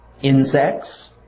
insects